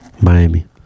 Miami